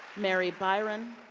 mary byron.